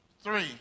Three